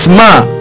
man